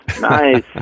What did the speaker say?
Nice